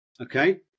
okay